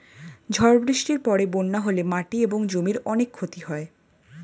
ঝড় বৃষ্টির পরে বন্যা হলে মাটি এবং জমির অনেক ক্ষতি হয়